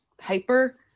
hyper